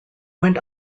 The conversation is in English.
went